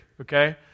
okay